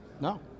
no